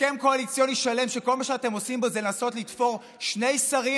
הסכם קואליציוני שלם שכל מה שאתם עושים בו זה לנסות לתפור שני שרים